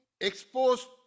exposed